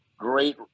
Great